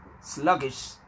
sluggish